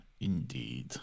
indeed